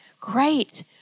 Great